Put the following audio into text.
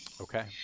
Okay